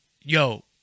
yo